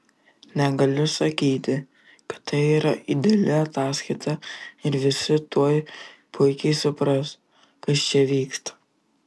negaliu sakyti kad tai yra ideali ataskaita ir visi tuoj puikiai supras kas čia vyksta